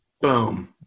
Boom